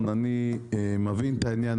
אני בתור בחור שגר בצפון אני מבין את העניין,